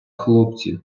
хлопці